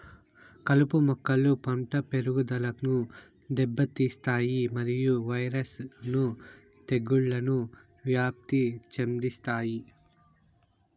కలుపు మొక్కలు పంట పెరుగుదలను దెబ్బతీస్తాయి మరియు వైరస్ ను తెగుళ్లను వ్యాప్తి చెందిస్తాయి